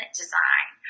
design